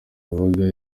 yabaga